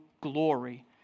glory